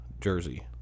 jersey